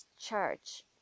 church